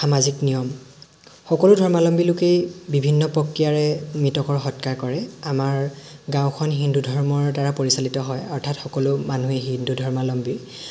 সামাজিক নিয়ম সকলো ধৰ্মাৱলম্বী লোকেই বিভিন্ন প্ৰক্ৰিয়াৰে মৃতকৰ সৎকাৰ কৰে আমাৰ গাঁওখন হিন্দু ধৰ্মৰ দ্বাৰা পৰিচালিত হয় অৰ্থাৎ সকলো মানুহেই হিন্দু ধৰ্মাৱলম্বী